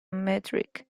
metric